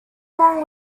along